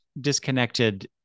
disconnected